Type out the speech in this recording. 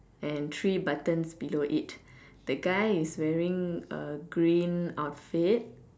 and three buttons below it the guy is wearing a green outfit